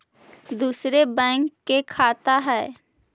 दुसरे बैंक के खाता हैं?